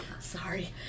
Sorry